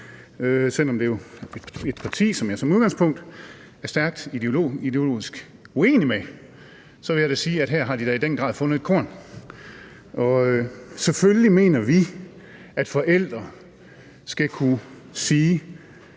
et forslag fra et parti, som jeg som udgangspunkt er stærkt ideologisk uenig med, så vil jeg da sige, at her har de i den grad fundet et korn. Selvfølgelig mener vi, at forældre skal kunne sige,